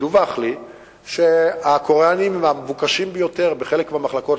דווח לי שהקוריאנים הם המבוקשים ביותר בחלק מהמחלקות,